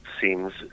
seems